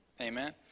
amen